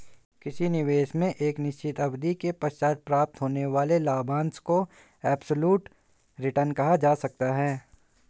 किसी निवेश में एक निश्चित अवधि के पश्चात प्राप्त होने वाले लाभांश को एब्सलूट रिटर्न कहा जा सकता है